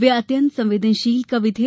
वे अत्यन्त संवेदनशील कवि थे